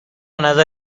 نظر